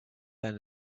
there